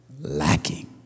lacking